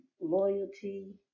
loyalty